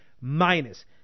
minus